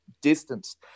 distance